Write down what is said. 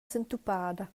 sentupada